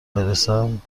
میرسم